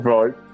Right